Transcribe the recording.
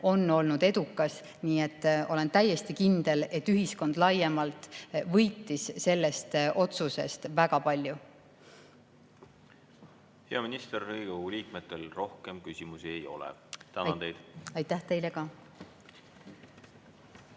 on olnud edukas. Nii et olen täiesti kindel, et ühiskond laiemalt võitis sellest otsusest väga palju. Hea minister, Riigikogu liikmetel rohkem küsimusi ei ole. Tänan teid! Aitäh teile ka!